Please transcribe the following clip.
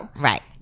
right